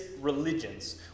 religions